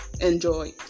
enjoy